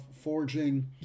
forging